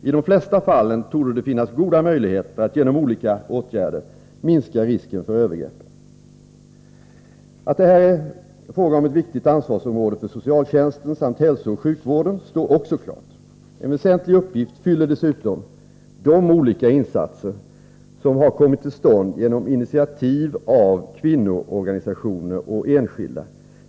I de flesta fallen torde det finnas goda möjligheter att genom olika åtgärder minska risken för övergrepp. Att det här är fråga om ett viktigt ansvarsområde för socialtjänsten samt hälsooch sjukvården står också klart. En väsentlig uppgift fyller dessutom de olika insatser som har kommit till stånd genom initiativ av kvinnoorganisationer och enskilda.